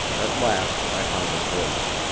at last i found a voice.